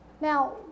Now